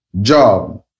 job